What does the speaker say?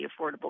Affordable